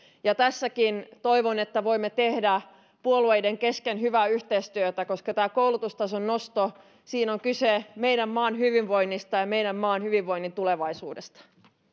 ja tässäkin toivon että voimme tehdä puolueiden kesken hyvää yhteistyötä koska tässä koulutustason nostossa on kyse meidän maamme hyvinvoinnista ja meidän maamme hyvinvoinnin tulevaisuudesta